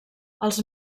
els